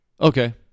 Okay